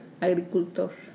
agricultor